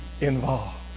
involved